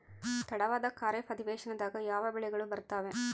ತಡವಾದ ಖಾರೇಫ್ ಅಧಿವೇಶನದಾಗ ಯಾವ ಬೆಳೆಗಳು ಬರ್ತಾವೆ?